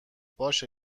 باشه